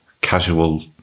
casual